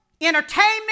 entertainment